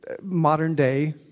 modern-day